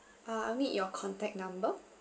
uh I need your contact number